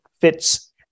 fits